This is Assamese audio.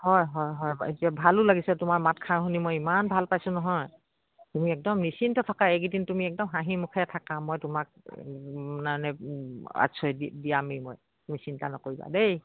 হয় হয় হয় এতিয়া ভালো লাগিছে তোমাৰ মাতষাৰ শুনি মই ইমান ভাল পাইছোঁ নহয় তুমি একদম নিশ্চিন্ত থাকা এইকেইদিন তুমি একদম হাঁহি মুখে থাকা মই তোমাক মানে আশ্ৰয় দিয়ামেই মই তুমি চিন্তা নকৰিবা দেই